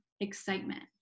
excitement